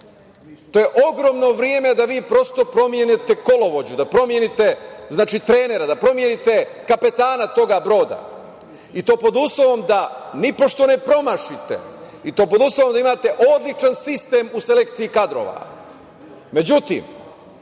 To je ogromno vreme da prosto promenite kolovođu, da promenite trenera, da promenite kapetana tog broda i to pod uslovom da nipošto ne promašite, pod uslovom da imate odličan sistem u selekciji kadrova.Međutim,